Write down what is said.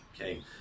okay